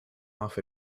off